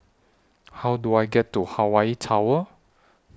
How Do I get to Hawaii Tower